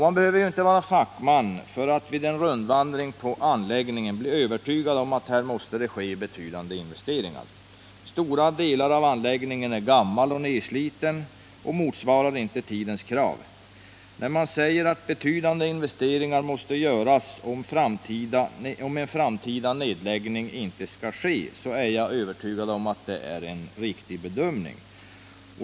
Man behöver inte vara fackman för att vid en rundvandring vid anläggningen övertygas om att det måste göras betydande investeringar. Stora delar av anläggningen är gamla och nedslitna och motsvarar inte tidens krav. När man säger att betydande investeringar måste göras om en framtida nedläggning inte skall bli nödvändig, är jag övertygad om att detta är en riktig bedömning.